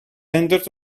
entered